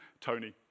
Tony